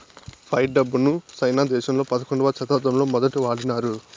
fight డబ్బును సైనా దేశంలో పదకొండవ శతాబ్దంలో మొదటి వాడినారు